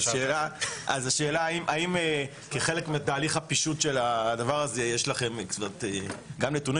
אז השאלה היא האם כחלק מתהליך הפישוט של הדבר הזה יש לכם גם נתונים.